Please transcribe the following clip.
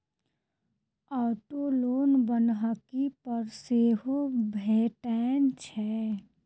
auto loan बन्हकी पर सेहो भेटैत छै